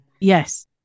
Yes